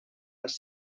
les